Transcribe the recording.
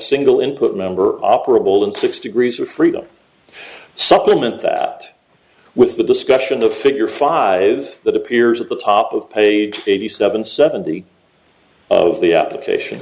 single input member operable in six degrees of freedom supplement that with the discussion the figure five that appears at the top of page eighty seven seventy of the application